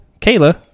Kayla